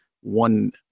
one